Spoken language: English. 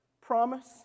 Promise